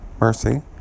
mercy